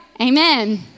Amen